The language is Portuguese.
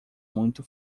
muito